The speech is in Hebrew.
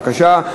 בבקשה.